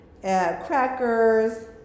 crackers